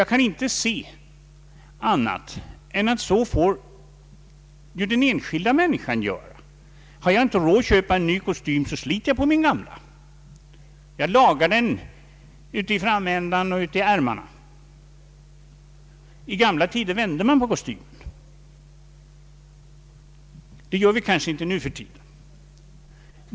Jag kan inte se annat än att den enskilda människan får rätta sig efter tillgångarna. Har jag inte råd att köpa en ny kostym sliter jag på min gamla. Jag lagar den i framändan och i ärmarna. I gamla tider vände man på kostymen. Det gör vi kanske inte nu för tiden.